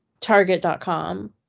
Target.com